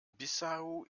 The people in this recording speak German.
bissau